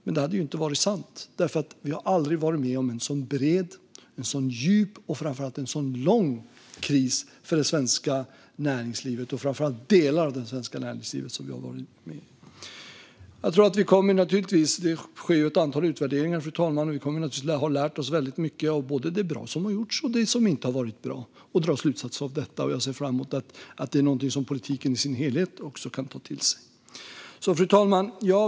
Men det hade inte varit sant, för vi har aldrig varit med om en så bred, djup och framför allt lång kris för delar av det svenska näringslivet. Det sker ett antal utvärderingar, fru talman, och vi kommer naturligtvis att ha lärt oss väldigt mycket både av det bra som har gjorts och av det som inte har varit bra. Vi ska dra slutsatser av detta, och jag ser fram emot att även politiken i sin helhet kan ta till sig av det. Fru talman!